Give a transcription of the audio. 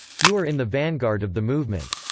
you are in the vanguard of the movement.